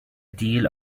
deal